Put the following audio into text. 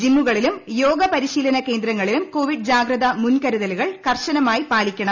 ജിമ്മുകളിലും യോഗ പരിശീലന കേന്ദ്രങ്ങളിലും കോവിഡ് ജാഗ്രതാ മുൻകരുതലുകൾ കർശനമായി പാലിക്കണം